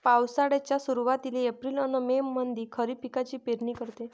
पावसाळ्याच्या सुरुवातीले एप्रिल अन मे मंधी खरीप पिकाची पेरनी करते